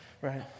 right